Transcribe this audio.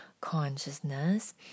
consciousness